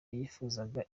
yifuzaga